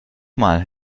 mal